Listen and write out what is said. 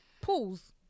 Pools